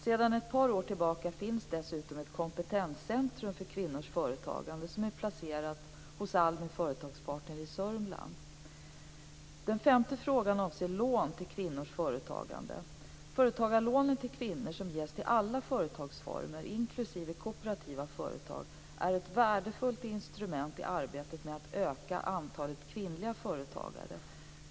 Sedan ett par år tillbaka finns dessutom ett kompetenscentrum för kvinnors företagande, som är placerat hos ALMI Företagspartner i Sörmland. Birgitta Carlsson femte fråga avser lån till kvinnors företagande. Företagarlånen till kvinnor, som ges till alla företagsformer, inklusive kooperativa företag, är ett värdefullt instrument i arbetet med att öka antalet kvinnliga företagare.